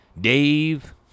Dave